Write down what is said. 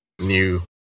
new